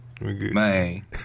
man